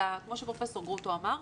אלא כמו שפרופ' גרוטו אמר,